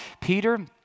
Peter